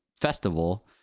festival